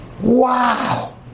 Wow